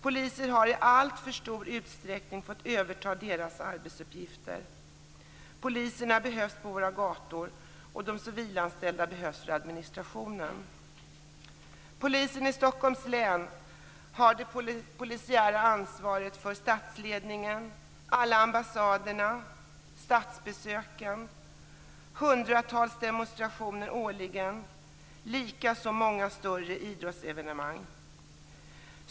Poliser har i alltför stor utsträckning fått överta deras arbetsuppgifter. Poliserna behövs på våra gator, och de civilanställda behövs för administrationen. Polisen i Stockholms län har det polisiära ansvaret för statsledningen, alla ambassaderna, statsbesöken, hundratals demonstrationer årligen och likaså många större idrottsevenemang.